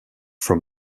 from